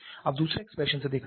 अब दूसरे एक्सप्रेशन से देखते हैं